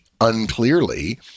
unclearly